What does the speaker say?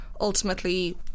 ultimately